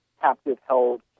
captive-held